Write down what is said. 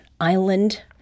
island